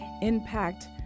impact